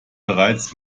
bereits